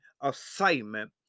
assignment